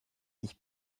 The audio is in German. ich